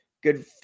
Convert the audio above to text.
good